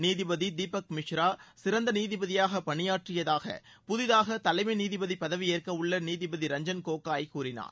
நீதிபதி தீபக் மிஸ்ரா சிறந்த நீதிபதியாக பணியாற்றியதாக புதிதாக தலைமை நீதிபதி பதவியேற்கவுள்ள நீதிபதி ரஞ்சன் கோகோய் கூறினார்